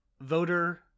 voter